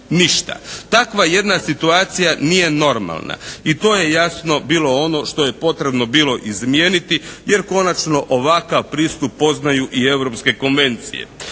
ništa. Takva jedna situacija nije normalna i to je jasno bilo ono što je potrebno bilo izmijeniti jer konačno ovakav pristup poznaju i europske konvencije.